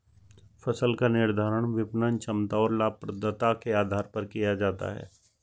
फसल का निर्धारण विपणन क्षमता और लाभप्रदता के आधार पर किया जाता है